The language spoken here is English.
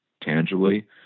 tangibly